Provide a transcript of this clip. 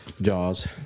Jaws